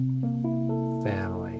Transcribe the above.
family